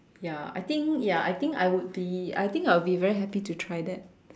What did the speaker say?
ya I think ya I think I would be I think I would be very happy to try that